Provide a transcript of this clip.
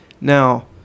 Now